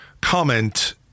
comment